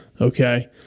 Okay